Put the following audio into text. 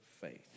faith